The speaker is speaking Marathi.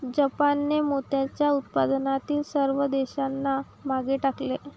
जापानने मोत्याच्या उत्पादनातील सर्व देशांना मागे टाकले